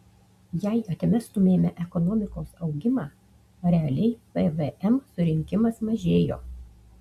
jei atmestumėme ekonomikos augimą realiai pvm surinkimas mažėjo